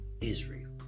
Israel